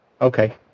Okay